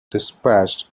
dispatched